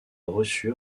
reçu